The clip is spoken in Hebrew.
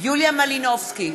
יוליה מלינובסקי,